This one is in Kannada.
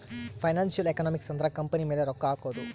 ಫೈನಾನ್ಸಿಯಲ್ ಎಕನಾಮಿಕ್ಸ್ ಅಂದ್ರ ಕಂಪನಿ ಮೇಲೆ ರೊಕ್ಕ ಹಕೋದು